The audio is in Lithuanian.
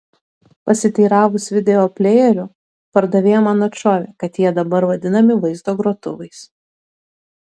pasiteiravus videoplejerių pardavėja man atšovė kad jie dabar vadinami vaizdo grotuvais